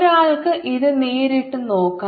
ഒരാൾക്ക് ഇത് നേരിട്ട് നോക്കാം